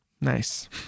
Nice